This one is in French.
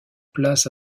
place